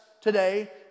today